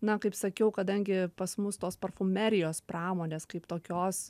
na kaip sakiau kadangi pas mus tos parfumerijos pramonės kaip tokios